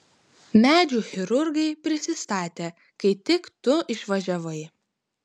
medžių chirurgai prisistatė kai tik tu išvažiavai